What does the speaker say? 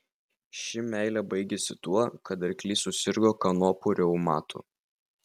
ši meilė baigėsi tuo kad arklys susirgo kanopų reumatu